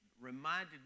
reminded